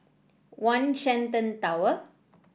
One Shenton Tower